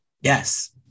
Yes